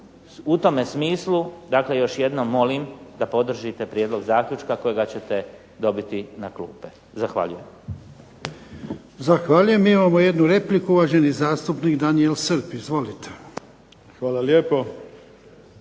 U tome smislu, dakle još jednom molim da podržite prijedlog zaključka kojega ćete dobiti na klupe. Zahvaljujem. **Jarnjak, Ivan (HDZ)** Zahvaljujem. Mi imamo jednu repliku, uvaženi zastupnik Daniel Srb. Izvolite. **Srb,